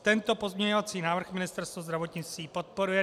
Tento pozměňovací návrh Ministerstvo zdravotnictví podporuje.